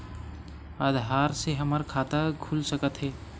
आधार से हमर खाता खुल सकत हे?